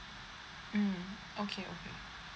mm okay okay